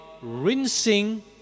rinsing